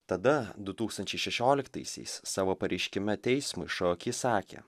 tada du tūkstančiai šešioliktaisiais savo pareiškime teismui šoaki sakė